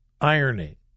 irony